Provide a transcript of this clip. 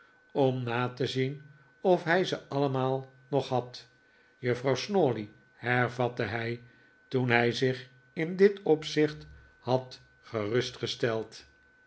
om na te zien of hij ze allemaai nog had juffrouw snawley hervatte hij toen hij zich in dit opzicht had